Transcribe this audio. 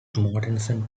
mortensen